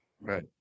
Right